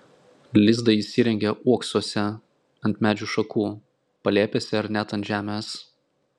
lizdą įsirengia uoksuose ant medžių šakų palėpėse ar net ant žemės